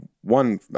one –